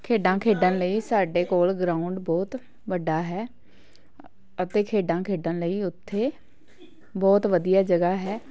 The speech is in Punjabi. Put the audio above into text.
ਖੇਡਾਂ ਖੇਡਣ ਲਈ ਸਾਡੇ ਕੋਲ ਗਰਾਊਂਡ ਬਹੁਤ ਵੱਡਾ ਹੈ ਅਤੇ ਖੇਡਾਂ ਖੇਡਣ ਲਈ ਉੱਥੇ ਬਹੁਤ ਵਧੀਆ ਜਗ੍ਹਾ ਹੈ